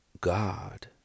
God